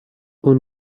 اون